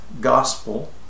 gospel